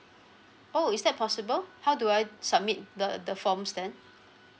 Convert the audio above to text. oh is that possible how do I submit the the the forms then